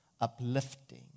uplifting